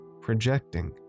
projecting